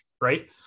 Right